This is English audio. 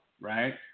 right